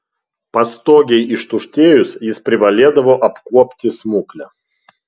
pastogei ištuštėjus jis privalėdavo apkuopti smuklę